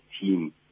team